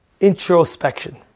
introspection